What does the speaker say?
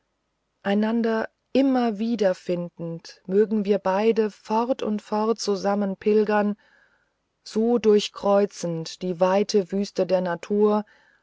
einander immer wieder findend mögen wir beide fort und fort zusammen pilgern so durchkreuzend die weite wüste der natur